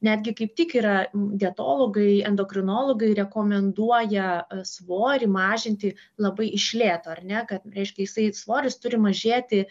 netgi kaip tik yra dietologai endokrinologai rekomenduoja svorį mažinti labai iš lėto ar ne kad reiškia jisai svoris turi mažėti